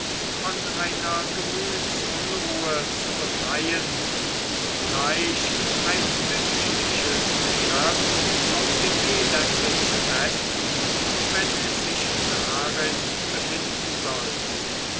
von einer gemütsunruhe zu befreien und zugleich ein menschliches geschöpf aus dem elende zu retten wenn es sich darin befinden sollte